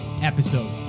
episode